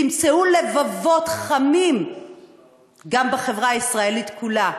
תמצאו לבבות חמים גם בחברה הישראלית כולה.